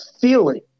feeling